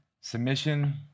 submission